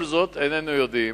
כל זאת איננו יודעים,